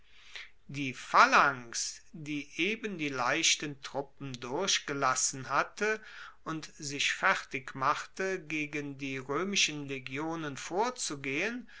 die phalanx die eben die leichten truppen durchgelassen hatte und sich fertig machte gegen die roemischen legionen vorzugehen